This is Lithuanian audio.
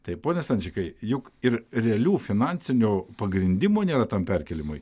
tai pone stančikai juk ir realių finansinių pagrindimų nėra tam perkėlimui